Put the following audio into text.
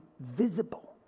visible